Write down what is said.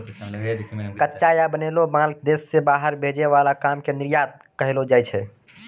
कच्चा या बनैलो माल देश से बाहर भेजे वाला काम के निर्यात कहलो जाय छै